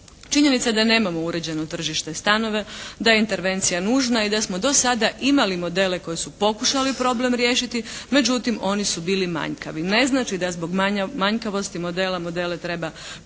Činjenica je da nemamo uređeno tržište stanova, da je intervencija nužna i da smo dosada imali modele koji su pokušali problem riješiti. Međutim, oni su bili manjkavi. Ne znači da zbog manjkavosti modela, modele treba prekidati.